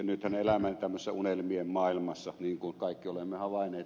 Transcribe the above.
nythän elämme tämmöisessä unelmien maailmassa niin kuin kaikki olemme havainneet